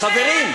חברים,